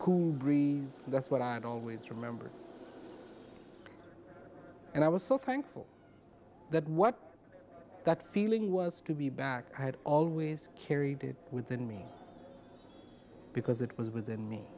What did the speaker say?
warm breeze that's what i always remember and i was so thankful that what that feeling was to be back i had always carried it within me because it was within me